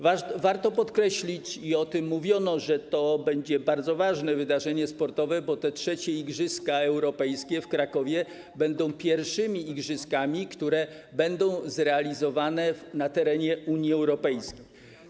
Warto podkreślić, i o tym mówiono, że to będzie bardzo ważne wydarzenie sportowe, bo III Igrzyska Europejskie w Krakowie będą pierwszymi igrzyskami, które będą zrealizowane na terenie Unii Europejskiej.